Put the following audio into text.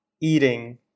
eating